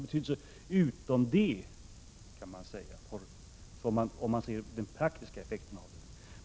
I övrigt har den alltså mycket begränsad betydelse.